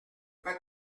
pas